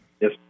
Yes